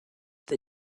the